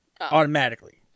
Automatically